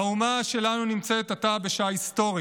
האומה שלנו נמצאת עתה בשעה היסטורית.